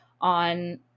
on